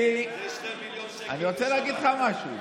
אני רוצה להגיד לך משהו.